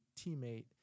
teammate